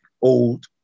old